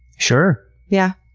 sure! yeah?